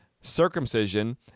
circumcision